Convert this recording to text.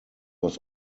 was